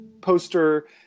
poster